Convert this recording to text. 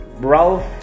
Ralph